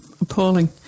appalling